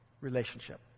Relationship